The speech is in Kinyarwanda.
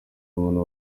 muntu